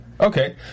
Okay